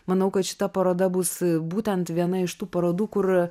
manau kad šita paroda bus būtent viena iš tų parodų kur